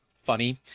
funny